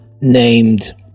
named